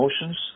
emotions